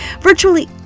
virtually